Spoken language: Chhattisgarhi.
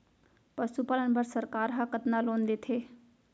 पशुपालन बर सरकार ह कतना लोन देथे?